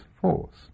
force